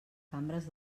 cambres